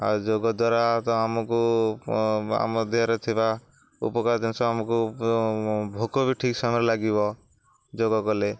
ଆଉ ଯୋଗ ଦ୍ୱାରା ତ ଆମକୁ ଆମ ଦେହରେ ଥିବା ଉପକାର ଜିନିଷ ଆମକୁ ଭୋକ ବି ଠିକ୍ ସମୟରେ ଲାଗିବ ଯୋଗ କଲେ